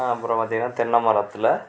அப்புறம் பார்த்திங்கன்னா தென்னை மரத்தில்